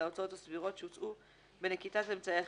על ההוצאות הסבירות שהוצאו בנקיטת אמצעי אכיפה,